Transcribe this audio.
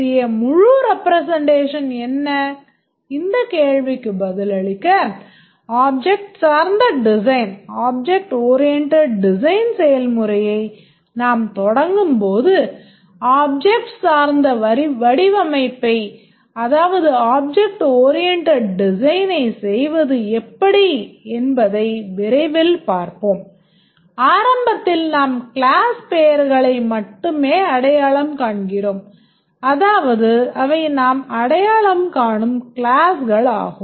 மற்றும் பெயர் அட்ட்ரிபூட்ஸ் செய்வது எப்படி என்பதை விரைவில் பார்ப்போம் ஆரம்பத்தில் நாம் கிளாஸ் பெயர்களை மட்டுமே அடையாளம் காண்கிறோம் அதாவது அவை நாம் அடையாளம் காணும் கிளாஸ்ஆகும்